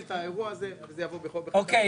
את האירוע הזה והוא יבוא בחוק ההסדרים.